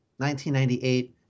1998